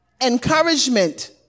encouragement